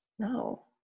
No